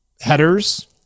headers